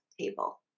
table